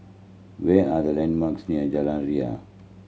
what are the landmarks near Jalan Ria